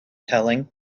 telling